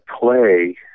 play